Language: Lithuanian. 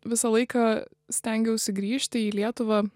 visą laiką stengiausi grįžti į lietuvą